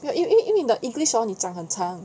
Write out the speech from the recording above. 因为因为因为你的 english 你讲很长